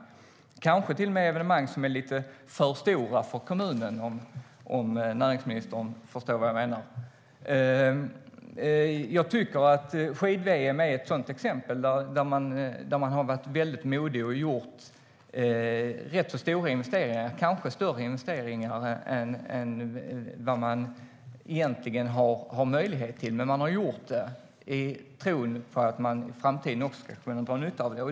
Det är kanske till och med evenemang som är för stora för kommunen, om näringsministern förstår vad jag menar. Skid-VM är ett sådant exempel där man har varit väldigt modig och gjort rätt så stora investeringar, kanske större investeringar än vad man egentligen har möjlighet till. Man har gjort det i tron att man i framtiden ska kunna dra nytta av det.